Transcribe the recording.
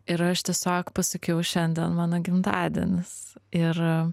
ir aš tiesiog pasakiau šiandien mano gimtadienis ir